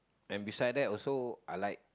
and beside that also I like